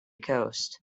coast